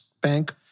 Bank